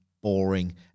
boring